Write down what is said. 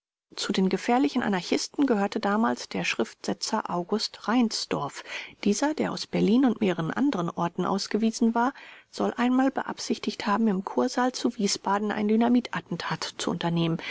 zu den gefährlichen anarchisten gehörte damals der schriftsetzer august reinsdorf dieser der aus berlin und mehreren anderen orten ausgewiesen war soll einmal beabsichtigt haben im kursaal zu wiesbaden ein dynamitattentat zu unternehmen